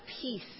peace